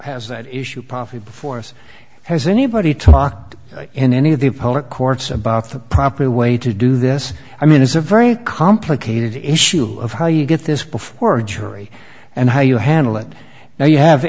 has that issue profit before us has anybody talked in any of the public courts about the proper way to do this i mean it's a very complicated issue of how you get this before a jury and how you handle it now you have